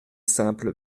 simple